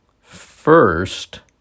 First